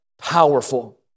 Powerful